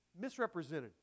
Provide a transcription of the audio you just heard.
misrepresented